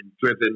driven